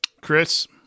Chris